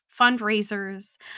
fundraisers